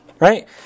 right